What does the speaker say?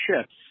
ships